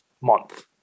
month